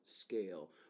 scale